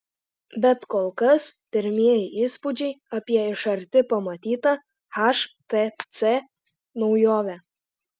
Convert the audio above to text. bet kol kas pirmieji įspūdžiai apie iš arti pamatytą htc naujovę